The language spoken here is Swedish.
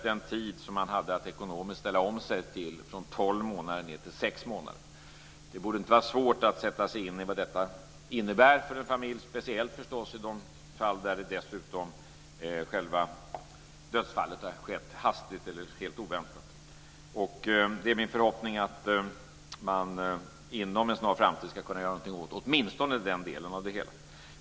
Den tid som man hade att ekonomiskt ställa om sig krymptes från tolv månader ned till sex månader. Det borde inte vara svårt att sätta sig in i vad detta innebär för en familj, speciellt i de fall där själva dödsfallet har skett hastigt eller helt oväntat. Det är min förhoppning att man inom en snar framtid ska kunna göra något åt åtminstone den delen av det hela.